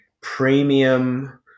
premium